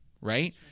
right